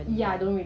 on the net